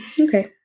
Okay